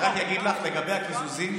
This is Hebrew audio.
אבל רק להגיד לך לגבי הקיזוזים.